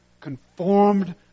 conformed